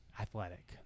athletic